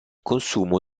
consumo